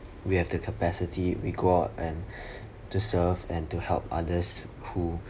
we have the capacity we go out and to serve and to help others